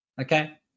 Okay